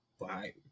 bye